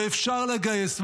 ואפשר לגייס.